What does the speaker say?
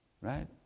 Right